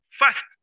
First